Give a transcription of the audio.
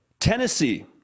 Tennessee